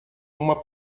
uma